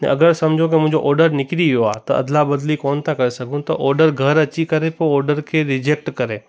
अगरि सम्झो की मुंहिंजो ऑडर निकिरी वियो आहे त अदला बदली कोन था करे सघूं त ऑडर घरु अची करे पोइ ऑडर खे रिजेक्ट करे